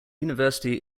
university